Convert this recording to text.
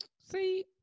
see